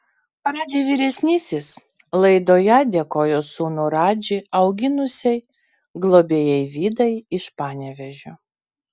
radži vyresnysis laidoje dėkojo sūnų radži auginusiai globėjai vidai iš panevėžio